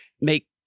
make